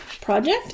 project